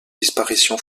disparition